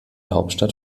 hauptstadt